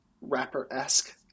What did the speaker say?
rapper-esque